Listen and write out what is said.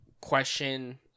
question